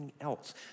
else